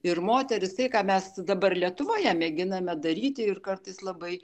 ir moterys tai ką mes dabar lietuvoje mėginame daryti ir kartais labai